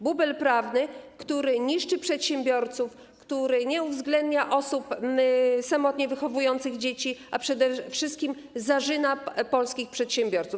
Bubel prawny, który niszczy przedsiębiorców, który nie uwzględnia osób samotnie wychowujących dzieci, a przede wszystkim zarzyna polskich przedsiębiorców.